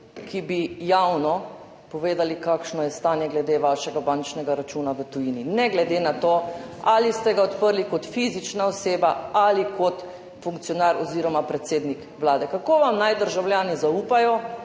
ki bi javno povedal, kakšno je stanje glede vašega bančnega računa v tujini, ne glede na to, ali ste ga odprli kot fizična oseba ali kot funkcionar oziroma predsednik Vlade. Kako vam naj državljani zaupajo,